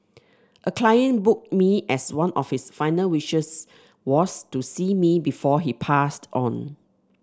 a client booked me as one of his final wishes was to see me before he passed on